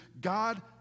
God